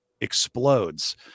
explodes